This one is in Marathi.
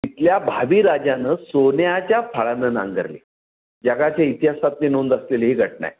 तिथल्या भावी राजानं सोन्याच्या फाळानं नांगरली जगाच्या इतिहासातली नोंद असलेली ही घटना आहे